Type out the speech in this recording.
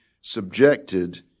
subjected